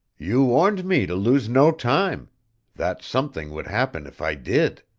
you warned me to lose no time that something would happen if i did.